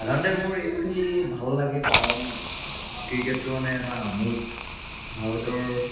সাধাৰণতে মোৰ এইটো খেলি ভাল লাগে কাৰণ ক্ৰিকেটটো মানে এটা আমোদ ভাৰতৰ